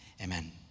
Amen